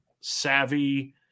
savvy